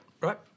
Right